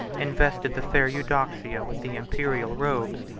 invested the fair eudoxia with the imperial robes,